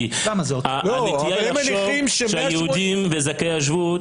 כי הנטייה היא לחשוב שהיהודים וזכאי השבות